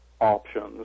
options